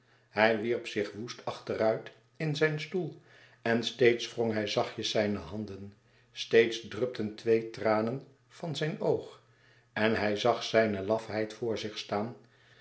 hij wierp zich woest achteruit in zijn stoel en steeds wrong hij zachtjes zijne handen steeds drupten twee tranen van zijn oog en hij zag zijne lafheid voor zich staan